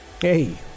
Hey